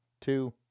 two